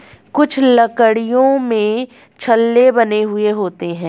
कुछ लकड़ियों में छल्ले बने हुए होते हैं